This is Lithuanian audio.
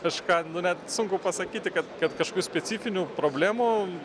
kažką nu net sunku pasakyti kad kad kažkokių specifinių problemų